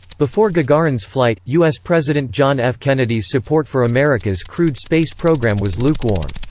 before gagarin's flight, us president john f. kennedy's support for america's crewed space program was lukewarm.